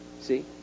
See